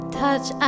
touch